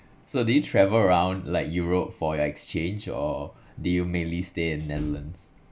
so do you travel around like europe for your exchange or did you mainly stay in netherlands